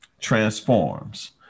transforms